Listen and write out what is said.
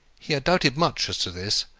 he had doubted much as to this,